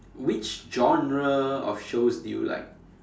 which genre of shows do you like